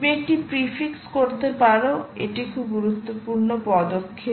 তুমি একটি প্রিফিক্স করতে পারো এটি খুব গুরুত্বপূর্ণ পদক্ষেপ